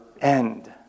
end